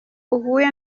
uhuye